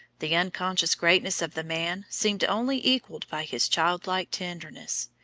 the unconscious greatness of the man seemed only equalled by his child-like tenderness.